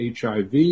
HIV